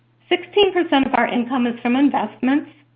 sixteen percent of our income is from investments,